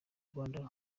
rwanda